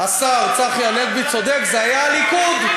השר צחי הנגבי צודק, זה היה הליכוד.